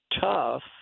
tough